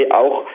auch